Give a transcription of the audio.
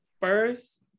first